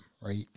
right